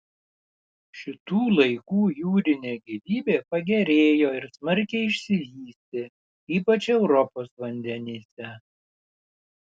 šitų laikų jūrinė gyvybė pagerėjo ir smarkiai išsivystė ypač europos vandenyse